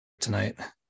tonight